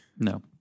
No